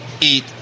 eat